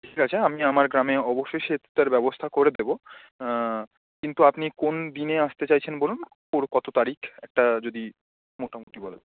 ঠিক আছে আমি আমার গ্রামে অবশ্যই সেটার ব্যবস্থা করে দেবো কিন্তু আপনি কোন দিনে আসতে চাইছেন বলুন ওর কত তারিখ একটা যদি মোটামুটি বলেন